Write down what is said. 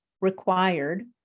required